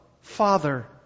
Father